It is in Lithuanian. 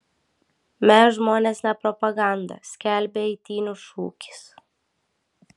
mes žmonės ne propaganda skelbia eitynių šūkis